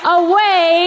away